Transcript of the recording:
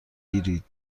بگیرید